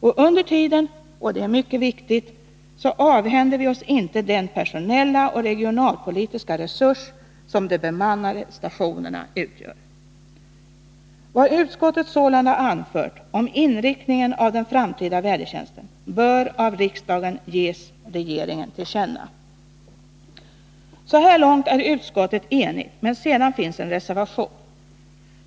Och under tiden, och det är mycket viktigt, avhänder vi oss inte den personella och regionalpolitiska resurs som de bemannade stationerna utgör. Vad utskottet sålunda har anfört om inriktningen av den framtida vädertjänsten bör av riksdagen ges regeringen till känna. Så här långt är utskottet enigt, men sedan finns det en reservation.